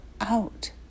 out